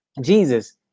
Jesus